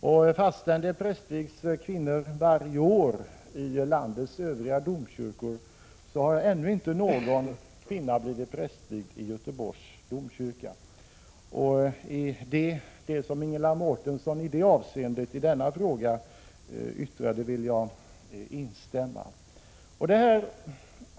Men ännu har inte någon kvinna blivit prästvigd i Göteborgs domkyrka fastän det prästvigs kvinnor varje år i landets övriga domkyrkor. Det som Ingela Mårtensson i detta avseende yttrade vill jag instämma i.